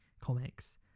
comics